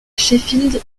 sheffield